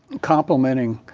complimenting